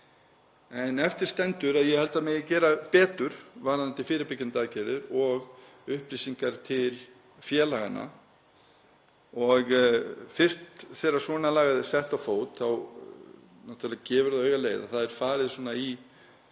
Eftir stendur að ég held að það megi gera betur varðandi fyrirbyggjandi aðgerðir og upplýsingar til félaganna og fyrst þegar svona lagað er sett á fót gefur það augaleið að farið er í